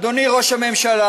אדוני ראש הממשלה,